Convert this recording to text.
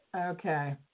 Okay